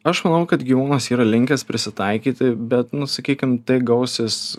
aš manau kad gyvūnas yra linkęs prisitaikyti bet nu sakykim tai gausis